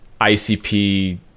ICP